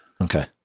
Okay